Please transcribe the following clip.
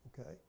okay